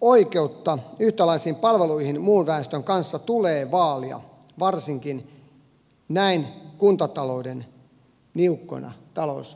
oikeutta yhtäläisiin palveluihin muun väestön kanssa tulee vaalia varsinkin näin kuntatalouden niukkoina talousaikoina